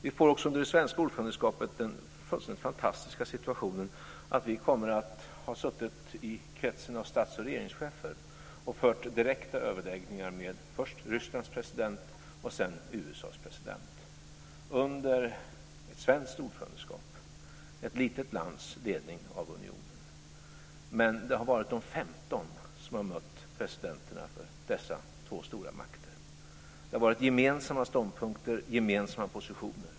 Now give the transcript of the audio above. Vi har också under det svenska ordförandeskapet den fullständigt fantastiska situationen att vi kommer att ha suttit i kretsen av stats och regeringschefer och fört direkta överläggningar med först Rysslands president och sedan USA:s president. Det har skett under svenskt ordförandeskap, ett litet lands ledning av unionen. Men det har varit de femton som har mött presidenterna för dessa två stora makter. Det har varit gemensamma ståndpunkter, gemensamma positioner.